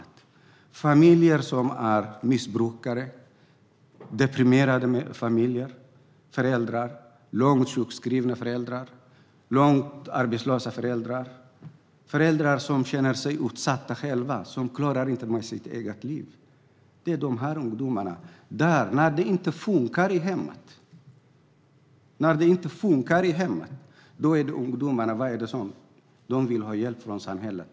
Det finns familjer som är missbrukare, deprimerade föräldrar, långtidssjukskrivna föräldrar, långtidsarbetslösa föräldrar, föräldrar som själva känner sig utsatta och inte klarar av sitt eget liv. Det är när det inte fungerar i hemmet som de här ungdomarna vill ha hjälp från samhället.